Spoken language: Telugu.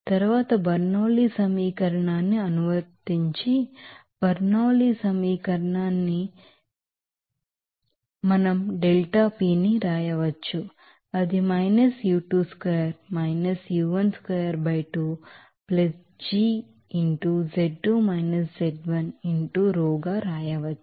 తరువాత బెర్నౌలీ సమీకరణాన్ని అనువర్తించి బెర్నౌలీ సమీకరణాన్ని అనువర్తించి బెర్నౌలీ సమీకరణాన్ని అనువర్తించి మనం డెల్టా పిని వ్రాయవచ్చు అది u2 squared u1 squared by 2 g into z2 - z1 into rho వ్రాయవచ్చు